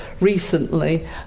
recently